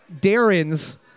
Darren's